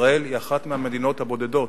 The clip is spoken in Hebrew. ישראל היא אחת המדינות הבודדות,